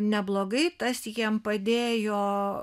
neblogai tas jiem padėjo